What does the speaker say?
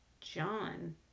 john